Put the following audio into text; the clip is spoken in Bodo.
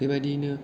बेबादियैनो